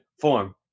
form